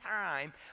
time